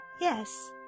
Yes